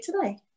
today